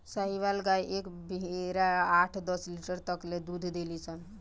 साहीवाल गाय एक बेरा आठ दस लीटर तक ले दूध देली सन